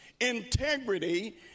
integrity